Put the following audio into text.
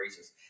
racist